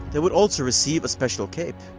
they would also receive a special cape.